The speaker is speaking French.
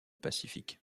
pacifique